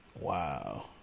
Wow